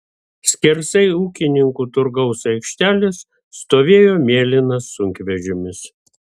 skersai ūkininkų turgaus aikštelės stovėjo mėlynas sunkvežimis